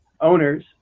owners